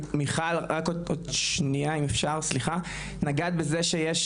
מיכל נגעת בזה שיש